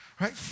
right